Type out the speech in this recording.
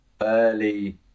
early